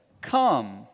Come